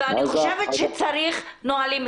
אני חושבת שצריך נהלים.